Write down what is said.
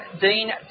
Dean